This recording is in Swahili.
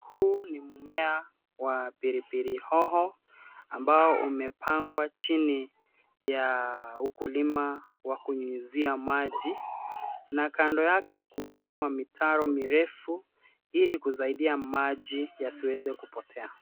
Huu ni mmea wa pilipili hoho ambao umepangwa chini ya ukulima wa kunyunyuzia maji na kando yake kumelimwa mitaro mirefu ili kusaidia maji yasiweze kupotea.